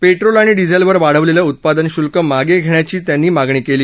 petrol आणि डिझेलवर वाढवलेलं उत्पादन शुल्क मागं घेण्याची मागणी त्यांनी केली